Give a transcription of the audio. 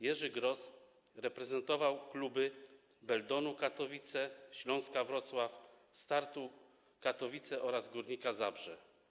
Jerzy Gros reprezentował kluby Baildonu Katowice, Śląska Wrocław, Startu Katowice oraz Górnika Zabrze.